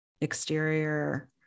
exterior